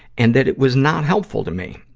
and that it was not helpful to me.